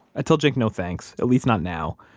i told jake no thanks, at least not now.